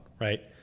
right